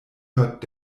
hört